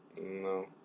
no